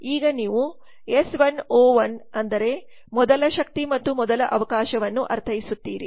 ಈಗ ನೀವು S1 O1 ಅಂದರೆ ಮೊದಲ ಶಕ್ತಿ ಮತ್ತು ಮೊದಲ ಅವಕಾಶವನ್ನು ಅರ್ಥೈಸುತ್ತೀರಿ